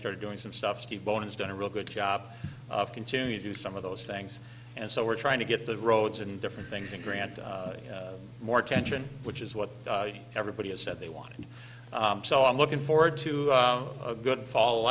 started doing some stuff steve bowen has done a real good job of continue to do some of those things and so we're trying to get the roads and different things and grant more attention which is what everybody has said they want and so i'm looking forward to a good fall